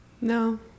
No